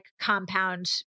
compound